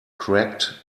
cracked